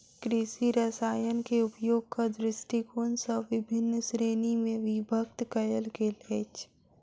कृषि रसायनकेँ उपयोगक दृष्टिकोण सॅ विभिन्न श्रेणी मे विभक्त कयल गेल अछि